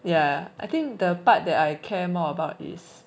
ya I think the part that I care more about is